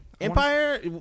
Empire